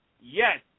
yes